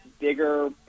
bigger